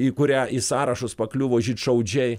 į kurią į sąrašus pakliuvo žydšaudžiai